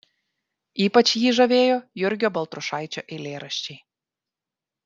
ypač jį žavėjo jurgio baltrušaičio eilėraščiai